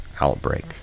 outbreak